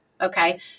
okay